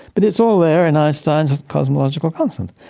but it's all there in einstein's cosmological constant.